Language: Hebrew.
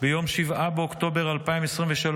ביום 7 באוקטובר 2023,